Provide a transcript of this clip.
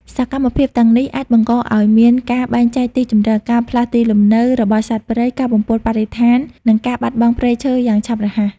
សកម្មភាពទាំងនេះអាចបណ្តាលឱ្យមានការបែងចែកទីជម្រក ការផ្លាស់ទីលំនៅរបស់សត្វព្រៃ ការបំពុលបរិស្ថាន និងការបាត់បង់ព្រៃឈើយ៉ាងឆាប់រហ័ស។